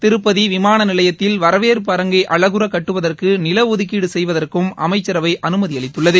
திருப்பதி விமான நிலையத்தில் வரவேற்பு அரங்கை அழகுற கட்டுவதற்கு நில ஒதுக்கீடு செய்வதற்கும் அமைச்சரவை அனுமதி அளித்துள்ளது